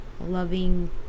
loving